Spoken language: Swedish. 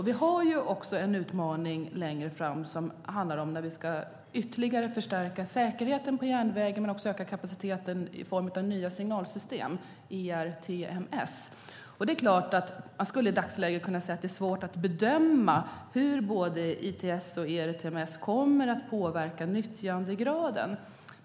Vi har också en utmaning längre fram som handlar om när vi ska ytterligare förstärka säkerheten på järnvägen men också öka kapaciteten i form av nya signalsystem, ERTMS. Det är i dagsläget svårt att veta hur både ITS och ERTMS kommer att påverka nyttjandegraden.